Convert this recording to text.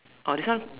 oh this one